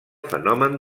fenomen